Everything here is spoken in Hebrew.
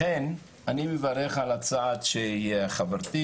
לכן אני מברך על הצעד שחברתי,